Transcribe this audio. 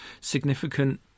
significant